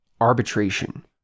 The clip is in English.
Arbitration